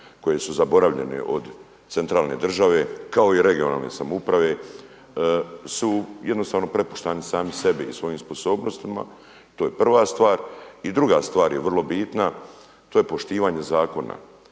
koje su zaboravljene od centralne države kao i regionalne samouprave su jednostavno prepušteni sami sebi i svojim sposobnostima, to je prva stvar. I druga stvar je vrlo bitna, to je poštivanje zakona.